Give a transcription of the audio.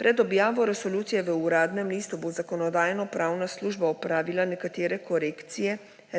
Pred objavo resolucije v Uradnem listu bo Zakonodajno-pravna služba opravila nekatere korekcije